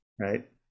right